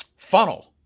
funnel.